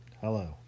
Hello